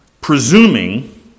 presuming